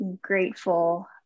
grateful